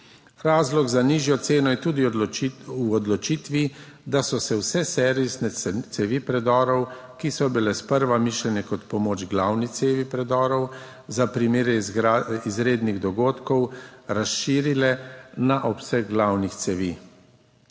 Razlog za nižjo ceno je tudi v odločitvi, da so se vse servisne cevi predorov, ki so bile sprva mišljene kot pomoč glavni cevi predorov, za primere izrednih dogodkov razširile na obseg glavnih cevi.